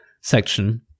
section